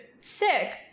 sick